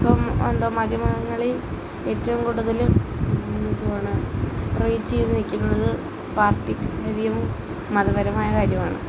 ഇപ്പോള് എന്തോ മാധ്യമങ്ങളിൽ ഏറ്റവും കൂടുതല് എന്തുവാണ് റീച്ച്യ്ത് നില്ക്കുന്നത് പാർട്ടിക്കാര്യവും മത പരമായ കാര്യവും ആണ്